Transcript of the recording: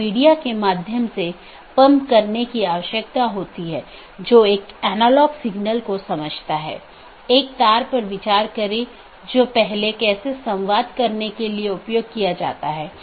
हमारे पास EBGP बाहरी BGP है जो कि ASes के बीच संचार करने के लिए इस्तेमाल करते हैं औरबी दूसरा IBGP जो कि AS के अन्दर संवाद करने के लिए है